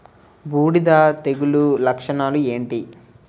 బూడిద తెగుల లక్షణాలు ఏంటి?